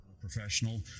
professional